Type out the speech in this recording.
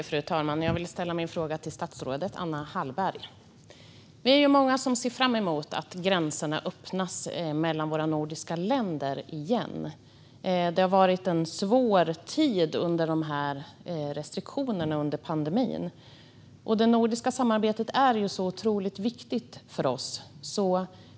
Fru talman! Jag vill ställa min fråga till statsrådet Anna Hallberg. Vi är många som ser fram emot att gränserna mellan våra nordiska länder öppnas igen. Det har varit en svår tid med restriktionerna under pandemin. Det nordiska samarbetet är otroligt viktigt för oss.